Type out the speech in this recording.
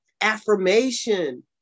affirmation